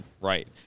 Right